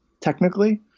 technically